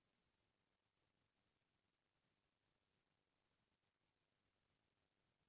बड़का बड़का खेत होगे त एमा लुवत, डोहारत बने बनथे